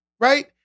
right